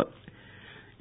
രുമ